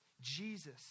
Jesus